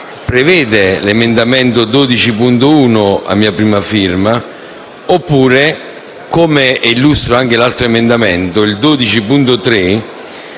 prevede l'emendamento 12.1 a mia prima firma, oppure - illustro anche l'emendamento 12.3